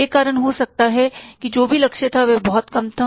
एक कारण हो सकता है कि जो भी लक्ष्य था वह बहुत कम था